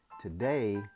Today